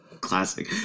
Classic